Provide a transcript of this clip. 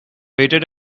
waited